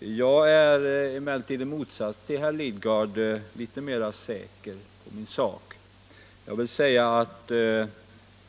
Jag är emellertid i motsats till herr Lidgard litet mera säker på min sak.